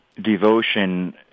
devotion